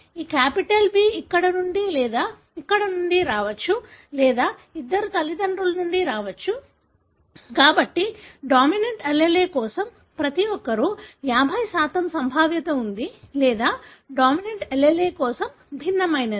ఈ capital B ఇక్కడ నుండి లేదా ఇక్కడ నుండి రావచ్చు లేదా ఇద్దరూ తల్లిదండ్రుల నుండి రావచ్చు కాబట్టి డామినెన్ట్ allele కోసం ప్రతిఒక్కరికీ 50 సంభావ్యత ఉంది లేదా డామినెన్ట్ allele కోసం భిన్నమైనది